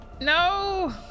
No